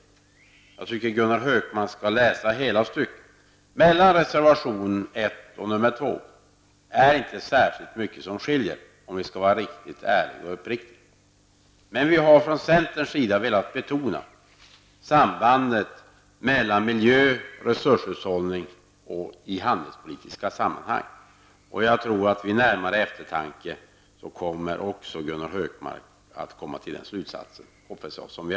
Men jag tycker att Gunnar Hökmark skall läsa hela det aktuella stycket. Skillnaden mellan reservation 1 och reservation 2 är inte särskilt stor, om vi nu skall vara riktigt ärliga och uppriktiga. Vi i centern har velat betona sambandet mellan miljö och resurshushållning i handelspolitiska sammanhang. Jag tror att också Gunnar Hökmark vid närmare eftertanke kommer att dra samma slutsats som vi.